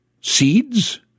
seeds